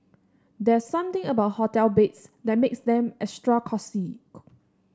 there's something about hotel beds that makes them extra cosy